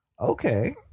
Okay